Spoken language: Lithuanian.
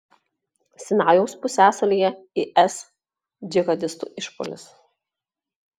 sinajaus pusiasalyje is džihadistų išpuolis